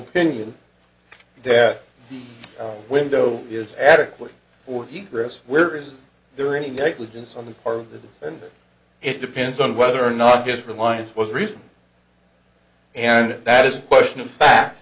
pinion that window is adequate for he chris where is there any negligence on the part of the defendant it depends on whether or not just reliance was reason and that is a question of fact